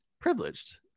Privileged